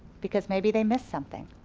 because maybe they missed something.